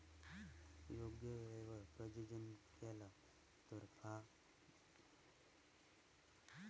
योग्य वेळेवर प्रजनन केला तर फार्मिग आणि उत्पादनावर तेचो परिणाम दिसता